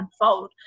unfold